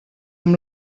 amb